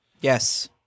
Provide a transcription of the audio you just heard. Yes